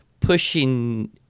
pushing